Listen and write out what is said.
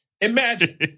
imagine